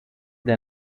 der